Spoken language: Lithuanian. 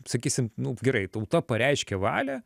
sakysim nu gerai tauta pareiškė valią